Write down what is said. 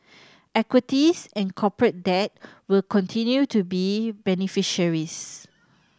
equities and corporate debt will continue to be beneficiaries